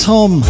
Tom